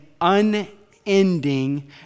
unending